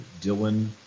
Dylan